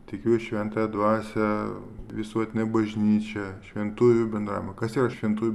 tikiu šventąją dvasią visuotinę bažnyčią šventųjų bendravimą kas yra šventųjų